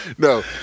No